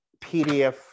PDF